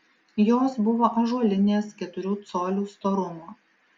jos buvo ąžuolinės keturių colių storumo